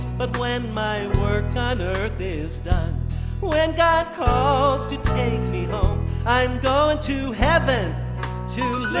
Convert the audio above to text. but when my work on earth is done when god calls to take me home i'm goin' to heaven to